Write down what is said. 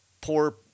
poor